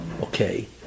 Okay